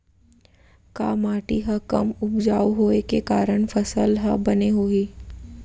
का माटी हा कम उपजाऊ होये के कारण फसल हा बने होही?